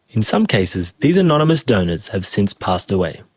in some cases these anonymous donors have since passed away.